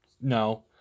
No